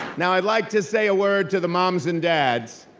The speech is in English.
now, i'd like to say a word to the moms and dads.